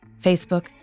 Facebook